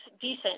decent